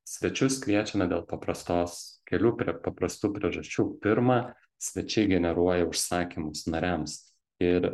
svečius kviečiame dėl paprastos kelių prie paprastų priežasčių pirma svečiai generuoja užsakymus nariams ir